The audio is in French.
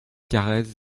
carrez